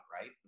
right